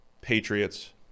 Patriots